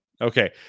Okay